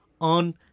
on